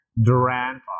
Durant